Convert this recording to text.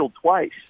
twice